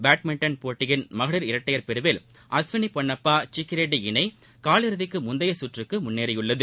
badminton போட்டியின் மகளிர் இரட்டையர் பிரிவில் அஸ்வினி பொன்னப்பா சிக்கிரெட்டி இணை கால் இறுதிக்கு முந்தைய சுற்றுக்கு முன்னேறியுள்ளது